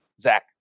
Zach